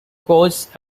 costs